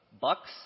bucks